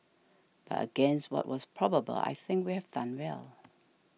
but against what was probable I think we have done well